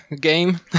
game